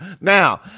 Now